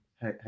Hey